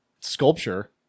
sculpture